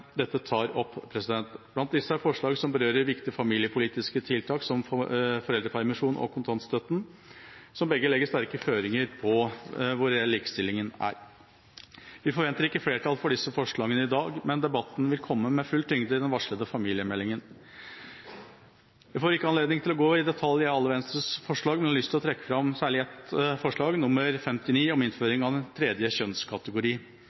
dette tar opp. Blant disse er forslag som berører viktige familiepolitiske tiltak som foreldrepermisjon og kontantstøtte, som begge legger sterke føringer på hvor reell likestillingen er. Vi forventer ikke flertall for disse forslagene i dag, men debatten vil komme med full tyngde i forbindelse med den varslede familiemeldinga. Jeg får ikke anledning til å gå i detalj på alle Venstres forslag, men jeg har lyst til å trekke fram særlig et forslag, nr. 59, om innføring av en tredje kjønnskategori.